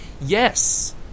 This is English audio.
Yes